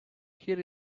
here